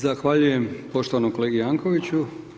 Zahvaljujem poštovanom kolegi Jakovicsu.